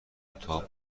اتاق